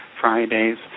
Fridays